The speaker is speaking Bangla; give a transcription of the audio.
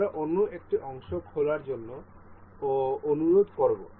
আমরা অন্য একটি অংশ খোলার জন্য অনুরোধ করব